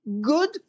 good